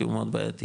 כי הוא מאוד בעייתי.